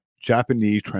Japanese